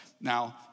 Now